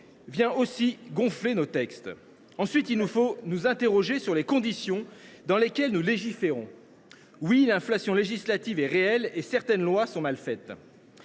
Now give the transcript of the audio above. vient lui aussi gonfler nos textes. Ensuite, nous devons questionner les conditions dans lesquelles nous légiférons. Oui, l’inflation législative est réelle, et certaines lois sont mal faites,